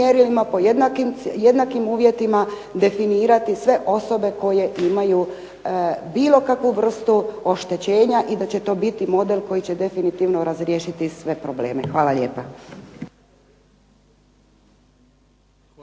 po jednakim uvjetima definirati sve osobe koje imaju bilo kakvu vrstu oštećenja i da će to biti model koji će definitivno razriješiti sve probleme. Hvala lijepa.